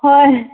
ꯍꯣꯏ